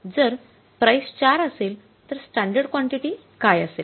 जर प्राइस ४ असेल तर स्टॅंडर्ड कॉन्टिटी काय असेल